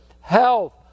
health